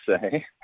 say